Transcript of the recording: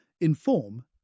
inform